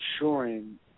ensuring